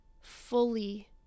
fully